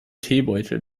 teebeutel